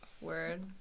Word